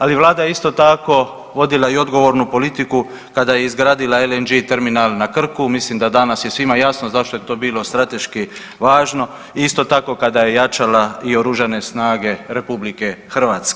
Ali Vlada je isto tako vodila i odgovornu politiku kada je izgradila LNG terminal na Krku, mislim da danas je svima jasno zašto je to bilo strateški važno, isto tako i kada je jačala i Oružane snage RH.